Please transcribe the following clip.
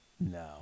no